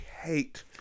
hate